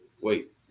Wait